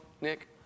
Nick